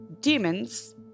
demons